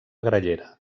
grallera